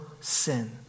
sin